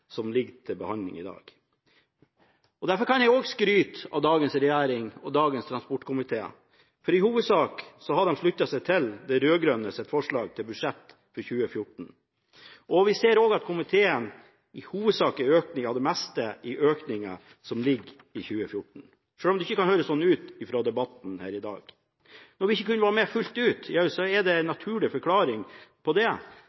som ligger til behandling i dag. Derfor kan jeg også skryte av dagens regjering og dagens transportkomité, for i hovedsak har de sluttet seg til de rød-grønnes forslag til budsjett for 2014. Vi ser også at komiteen i hovedsak er enige om det meste av økninger som er lagt inn for 2014 – selv om det ikke kan høres slik ut av debatten her i dag. Når vi ikke kunne være med fullt ut, er det en naturlig forklaring på det: